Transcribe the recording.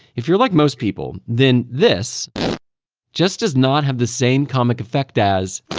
if you're like most people, then this just does not have the same comic effect as